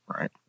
right